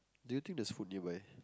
do you think there's food nearby